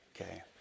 Okay